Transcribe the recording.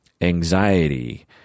anxiety